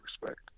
respect